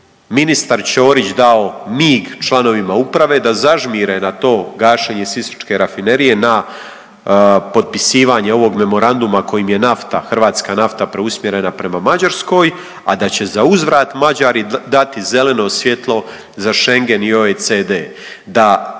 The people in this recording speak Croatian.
ministar Ćorić dao mig članovima uprave da zažmire na to gašenje Sisačke rafinerije na potpisivanje ovog memoranduma kojim je nafta, hrvatska nafta preusmjerena prema Mađarskoj, a da će zauzvrat Mađari dati zeleno svjetlo za Schengen i OECD.